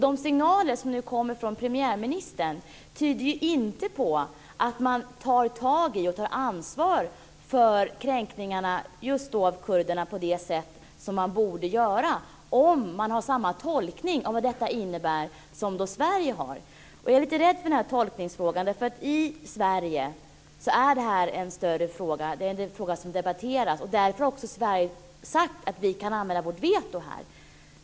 De signaler som nu kommer från premiärministern tyder inte på att man tar tag i och tar ansvar för kränkningarna av kurderna på det sätt man borde göra om man har samma tolkning av vad detta innebär som Sverige har. Jag är lite rädd för tolkningsfrågan. I Sverige är det här en stor fråga. Det är en fråga som debatteras. Därför har Sverige sagt att man kan använda sitt veto.